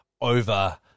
over